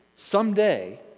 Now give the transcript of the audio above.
Someday